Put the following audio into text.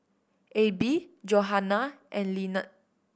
Abie Johannah and Lynnette